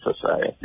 society